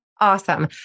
Awesome